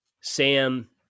Sam